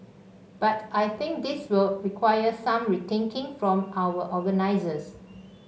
but I think this will require some rethinking from our organisers